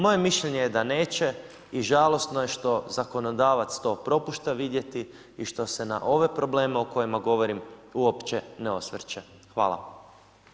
Moje mišljenje je da neće i žalosno je što zakonodavac to propušta vidjeti i što se na ove probleme o kojima govorim, uopće ne osvrće.